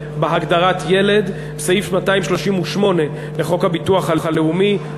בהגדרת "ילד" בסעיף 238 לחוק הביטוח הלאומי ,